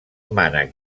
mànec